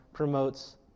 promotes